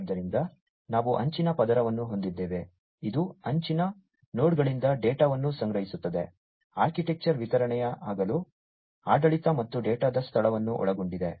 ಆದ್ದರಿಂದ ನಾವು ಅಂಚಿನ ಪದರವನ್ನು ಹೊಂದಿದ್ದೇವೆ ಇದು ಅಂಚಿನ ನೋಡ್ಗಳಿಂದ ಡೇಟಾವನ್ನು ಸಂಗ್ರಹಿಸುತ್ತದೆ ಆರ್ಕಿಟೆಕ್ಚರ್ ವಿತರಣೆಯ ಅಗಲ ಆಡಳಿತ ಮತ್ತು ಡೇಟಾದ ಸ್ಥಳವನ್ನು ಒಳಗೊಂಡಿದೆ